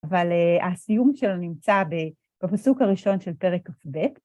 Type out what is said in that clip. אבל הסיום שלו נמצא בפסוק הראשון של פרק כ"ב